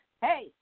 Hey